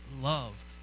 love